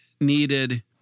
needed